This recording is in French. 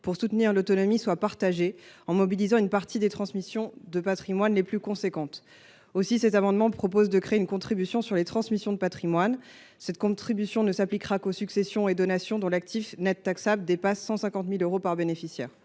pour soutenir l’autonomie soient partagés, en mobilisant une partie des transmissions de patrimoine les plus importantes. Aussi, cet amendement vise à créer une contribution sur les transmissions de patrimoine qui ne s’appliquerait qu’aux successions et donations dont l’actif net taxable dépasse 150 000 euros par bénéficiaire.